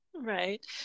Right